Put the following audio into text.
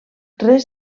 res